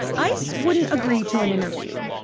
ice wouldn't agree to an interview.